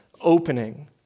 opening